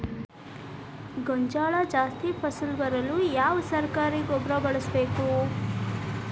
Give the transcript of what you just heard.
ಗೋಂಜಾಳ ಜಾಸ್ತಿ ಫಸಲು ಬರಲು ಯಾವ ಸರಕಾರಿ ಗೊಬ್ಬರ ಬಳಸಬೇಕು?